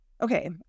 okay